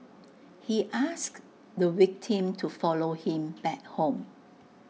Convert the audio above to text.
he asked the victim to follow him back home